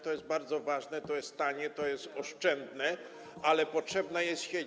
To jest bardzo ważne, to jest tanie, to jest oszczędne, ale potrzebna jest sieć.